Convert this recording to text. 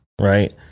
right